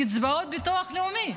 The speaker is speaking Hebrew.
קצבאות ביטוח לאומי.